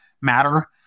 matter